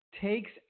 takes